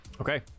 Okay